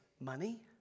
money